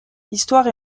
histoire